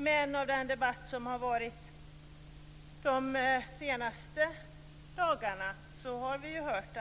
Men i den debatt som har varit de senaste dagarna har vi hört